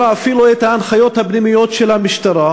אפילו את ההנחיות הפנימיות של המשטרה,